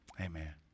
amen